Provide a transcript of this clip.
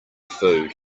food